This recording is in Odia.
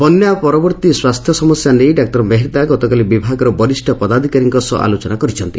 ବନ୍ୟା ପରବର୍ତ୍ତି ସ୍ୱାସ୍ଥ୍ୟ ସମସ୍ୟା ନେଇ ଡାଃ ମେହେର୍ଦ୍ଦା ଗତକାଲି ବିଭାଗର ବରିଷ୍ଟ ପଦାଧିକାରୀଙ୍କ ସହ ଆଲୋଚନା କରିଛନ୍ତି